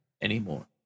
anymore